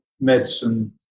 medicine